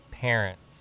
parents